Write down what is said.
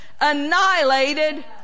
annihilated